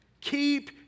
keep